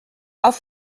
auf